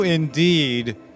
indeed